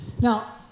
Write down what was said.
Now